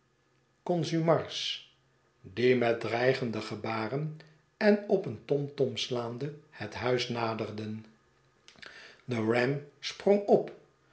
consumars die met dreigende gebaren en op een tom tom slaande het huis naderden de ram sprong op